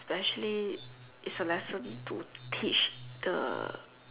especially it's a lesson to teach the